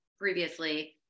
previously